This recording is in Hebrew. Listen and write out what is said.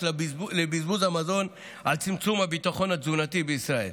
לבזבוז המזון על צמצום הביטחון התזונתי בישראל.